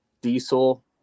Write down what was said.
Diesel